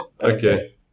Okay